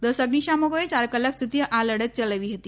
દસ અઝિશામકોએ ચાર કલાક સુધી આ લડત ચલાવી હતી